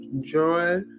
joy